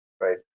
right